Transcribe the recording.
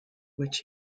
which